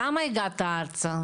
למה הגעת ארצה?